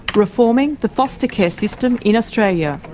reforming the foster care system in australia.